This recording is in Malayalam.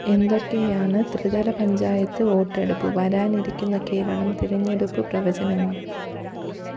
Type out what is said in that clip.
എന്തൊക്കെയാണ് ത്രിതല പഞ്ചായത്ത് വോട്ട് എടുപ്പ് വരാനിരിക്കുന്ന കേരളം തിരഞ്ഞെടുപ്പ് പ്രവചനങ്ങൾ